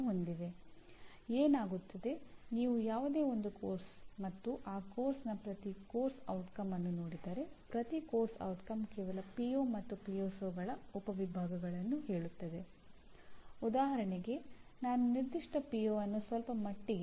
ಸಾಂದರ್ಭಿಕವಾಗಿ ಡಿಪ್ಲೊಮಾ ಕಾರ್ಯಕ್ರಮಗಳ ಪದವಿದರರು ಸಮಾನಾಂತರ ಪ್ರವೇಶವನ್ನು ಪಡೆಯಬಹುದು